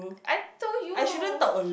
I told you